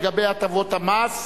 ביטול הוראת שעה לגבי הטבות מס),